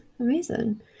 amazing